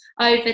over